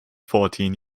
fourteen